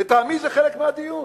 לטעמי, זה חלק מהדיון.